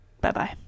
Bye-bye